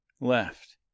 left